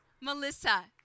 Melissa